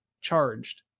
charged